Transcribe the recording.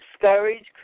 discouraged